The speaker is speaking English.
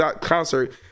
concert